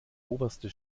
oberste